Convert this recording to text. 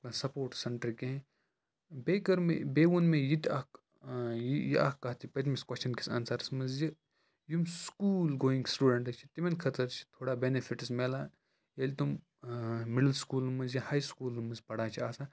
sports centre کینٛہہ بیٚیہِ کٔر مےٚ بیٚیہِ ووٚن مےٚ یہِ تہِ اَکھ یہِ اَکھ کَتھ یہِ پٔتمِس کۄسچَن کِس آنسَرَس منٛز زِ یِم سکوٗل گویِنٛگ سٹوٗڈَنٛٹ چھِ تِمَن خٲطرٕ چھِ تھوڑا بیٚنِفِٹٕس میلان ییٚلہِ تم مِڈٕل سکوٗلَن منٛز یا ہاے سکوٗلَن منٛز پَران چھِ آسان